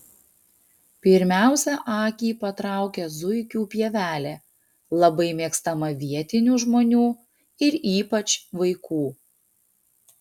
pirmiausia akį patraukia zuikių pievelė labai mėgstama vietinių žmonių ir ypač vaikų